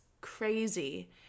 crazy